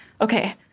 okay